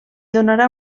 donarà